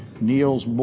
Niels